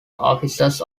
offices